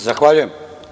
Zahvaljujem.